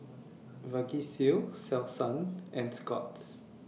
Vagisil Selsun and Scott's